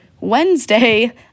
Wednesday